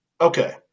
Okay